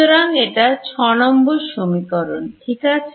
সুতরাং এটা 6 নম্বর সমীকরণ ঠিক আছে